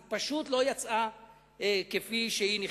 היא פשוט לא יצאה כפי שהיא נכנסה.